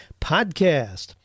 podcast